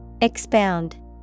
Expound